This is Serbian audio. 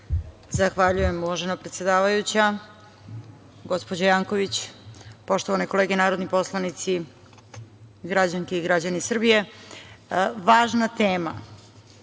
Zahvaljujem, uvažena predsedavajuća. Gospođo Janković, poštovane kolege narodni poslanici, građanke i građani Srbije, važna tema